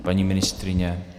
Paní ministryně?